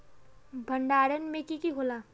भण्डारण में की की होला?